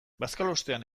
bazkalostean